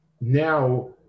now